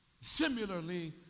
Similarly